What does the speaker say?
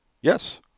Yes